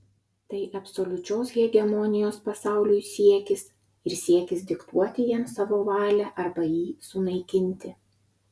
tai absoliučios hegemonijos pasauliui siekis ir siekis diktuoti jam savo valią arba jį sunaikinti